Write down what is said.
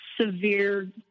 severe